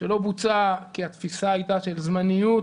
שלא בוצע כי התפיסה הייתה של זמניות,